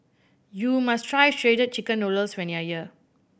you must try Shredded Chicken Noodles when you are here